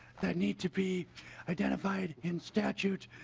that need to be identified in statute